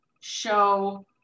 show